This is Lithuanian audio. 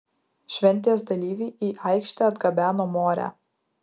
šventės dalyviai į aikštę atgabeno morę